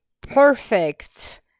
perfect